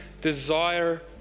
desire